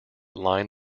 line